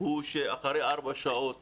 הוא שאחרי ארבע שעות